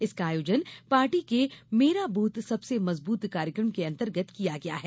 इसका आयोजन पार्टी के मेरा ब्रथ सबसे मजबूत कार्यक्रम के अंतर्गत किया गया है